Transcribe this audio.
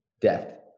death